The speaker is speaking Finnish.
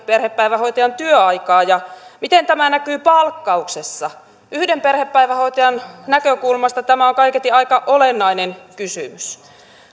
perhepäivähoitajan työaikaa ja miten tämä näkyy palkkauksessa yhden perhepäivähoitajan näkökulmasta tämä on kaiketi aika olennainen kysymys